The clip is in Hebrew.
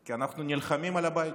כי אנחנו נלחמים על הבית,